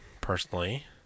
personally